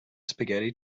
spaghetti